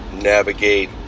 navigate